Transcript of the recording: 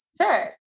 Sure